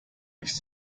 nicht